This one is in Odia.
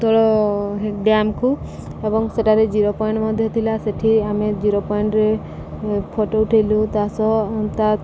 ତଳ ଡ୍ୟାମ୍କୁ ଏବଂ ସେଠାରେ ଜିରୋ ପଏଣ୍ଟ୍ ମଧ୍ୟ ଥିଲା ସେଇଠି ଆମେ ଜିରୋ ପଏଣ୍ଟ୍ରେ ଫଟୋ ଉଠେଇଲୁ ତାସହ ତା